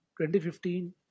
2015